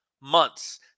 months